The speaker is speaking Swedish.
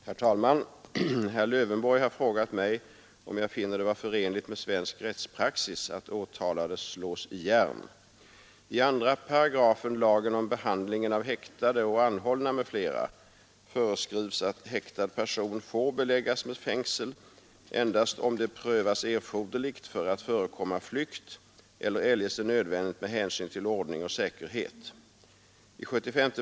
Herr talman! Herr Lövenborg har frågat mig om jag finner det vara förenligt med svensk rättspraxis att åtalade slås i järn. I 2 § lagen om behandlingen av häktade och anhållna m.fl. föreskrivs att häktad person får beläggas med fängsel endast om det prövas erforderligt för att förekomma flykt eller eljest är nödvändigt med hänsyn till ordning och säkerhet.